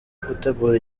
gutegura